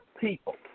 people